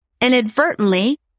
inadvertently